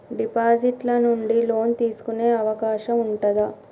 Deposit ల నుండి loan తీసుకునే అవకాశం ఉంటదా?